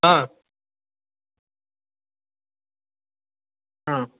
हां हां